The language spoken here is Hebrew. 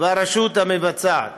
והרשות המבצעת.